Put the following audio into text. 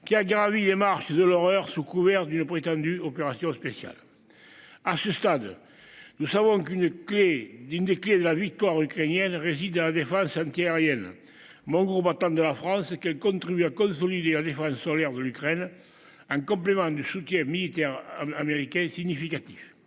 qui a gravi les marches de l'horreur sous couvert d'une prétendue opération spéciale. À ce stade, nous savons qu'une clef d'une des clés de la victoire ukrainienne réside la défense anti-aérienne. Mon groupe entame de la France et qu'elle contribue à consolider les sur l'de l'Ukraine un complément du soutien militaire américain est significatif.